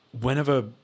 whenever